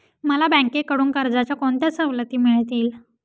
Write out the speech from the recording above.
मला बँकेकडून कर्जाच्या कोणत्या सवलती मिळतील?